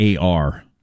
AR